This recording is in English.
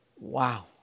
Wow